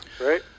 right